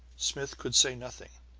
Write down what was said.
smith could say nothing.